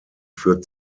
für